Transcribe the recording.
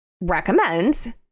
recommend